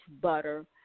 butter